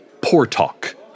Poor-Talk